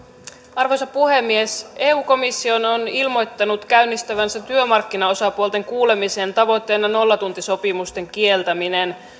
arvoisa puhemies eu komissio on ilmoittanut käynnistävänsä työmarkkinaosapuolten kuulemisen tavoitteena nollatuntisopimusten kieltäminen